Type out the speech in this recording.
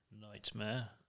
Nightmare